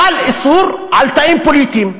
חל איסור על תאים פוליטיים,